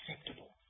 acceptable